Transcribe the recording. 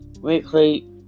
Weekly